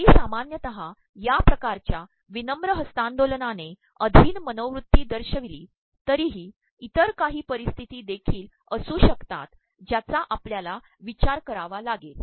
जरी सामान्यत या िकारच्या प्रवनम्र हस्त्तांदोलनाने अधीन मनोवत्तृ ी दशयप्रवली तरीही इतर काही पररप्स्त्र्ती देखील असूशकतात ज्याचा आपल्याला प्रवचार करावा लागेल